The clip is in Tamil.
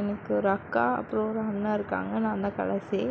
எனக்கு ஒரு அக்கா அப்புறம் ஒரு அண்ணன் இருக்காங்க நான் தான் கடைசி